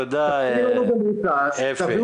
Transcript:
תודה אפי.